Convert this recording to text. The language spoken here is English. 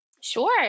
Sure